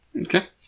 Okay